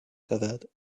covered